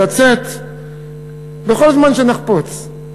לצאת בכל זמן שנחפוץ.